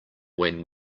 when